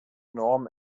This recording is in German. norm